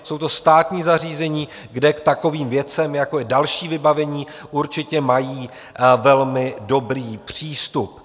Jsou to státní zařízení, kde k takovým věcem, jako je další vybavení, určitě mají velmi dobrý přístup.